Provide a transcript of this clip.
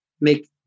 make